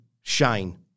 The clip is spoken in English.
shine